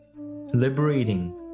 liberating